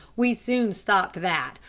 we soon stopped that,